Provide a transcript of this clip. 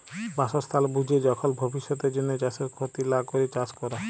বাসস্থাল বুইঝে যখল ভবিষ্যতের জ্যনহে চাষের খ্যতি লা ক্যরে চাষ ক্যরা